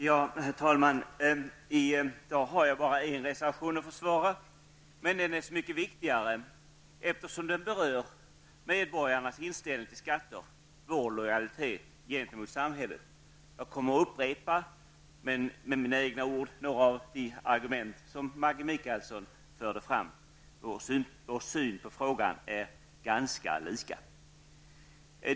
Herr talman! I dag har jag endast en reservation att försvara, men den är så mycket viktigare eftersom den berör medborgarnas inställning till skatter, vår lojalitet gentemot samhället. Med mina egna ord kommer jag att upprepa några av de argument som Maggi Mikaelsson förde fram. Vår syn på frågan är ganska lika.